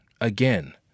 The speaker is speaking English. again